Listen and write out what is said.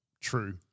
true